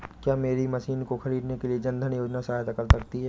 क्या मेरी मशीन को ख़रीदने के लिए जन धन योजना सहायता कर सकती है?